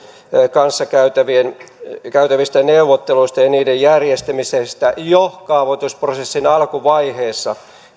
kanssa käytävistä käytävistä neuvotteluista ja niiden järjestämisestä jo kaavoitusprosessin alkuvaiheessa